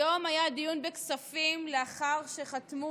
היום היה דיון בכספים לאחר שחתמו,